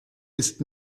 ist